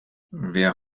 wer